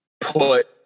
put